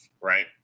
right